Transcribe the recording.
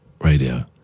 radio